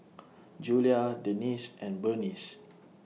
Julia Denese and Burnice